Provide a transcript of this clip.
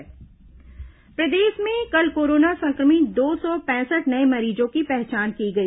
corona समाचार प्रदेश में कल कोरोना संक्रमित दो सौ पैंसठ नये मरीजों की पहचान की गई